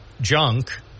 junk